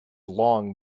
long